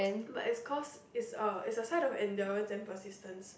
but is cause is a is a sign of endurance and persistence